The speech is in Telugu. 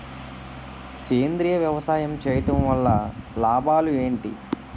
సేంద్రీయ వ్యవసాయం చేయటం వల్ల లాభాలు ఏంటి?